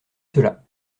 cela